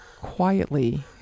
quietly